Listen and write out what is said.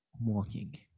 Walking